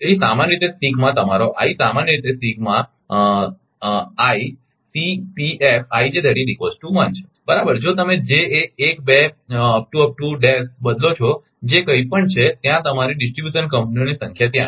તેથી સામાન્ય રીતે સિગ્મા તમારો i સામાન્ય રીતે છે બરાબર જો તમે j એ 1 2 બદલો છો જે કંઇ પણ છે ત્યાં તમારી ડિસ્ટ્રિબ્યુશન કંપનીઓની સંખ્યા ત્યાં છે